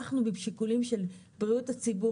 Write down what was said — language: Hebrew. אנחנו משיקולים של בריאות הציבור